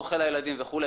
אוכל לילדים וכו'.